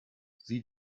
sie